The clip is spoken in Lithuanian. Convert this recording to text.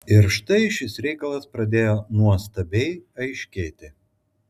ir štai šis reikalas pradėjo nuostabiai aiškėti